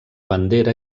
bandera